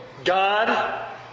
God